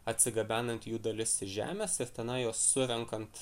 atsigabenant jų dalis iš žemės ir tenai juos surenkant